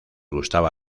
gustaba